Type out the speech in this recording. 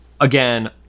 again